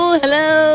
hello